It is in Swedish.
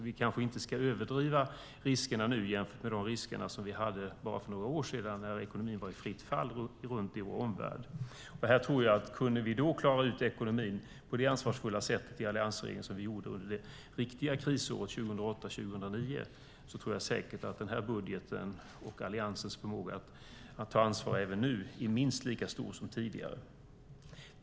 Vi kanske inte ska överdriva riskerna nu jämfört med de risker vi hade för bara några år sedan när ekonomin var i fritt fall i vår omvärld. Alliansregeringen klarade ut ekonomin på ett ansvarsfullt sätt under de riktiga krisåren 2008-2009. Jag tror säkert att Alliansens förmåga att ta ansvar, med den här budgeten, är minst lika stor som tidigare.